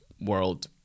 world